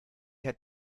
had